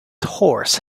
horse